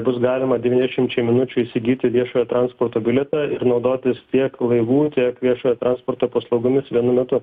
bus galima devyniasdešimčiai minučių įsigyti viešojo transporto bilietą ir naudotis tiek laivu tiek viešojo transporto paslaugomis vienu metu